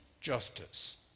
justice